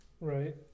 Right